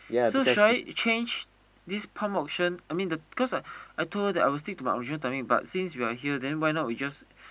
so should I change this option I mean the cause I I told her that I will stick to my original timing but since we are here then why not we just